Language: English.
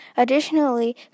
Additionally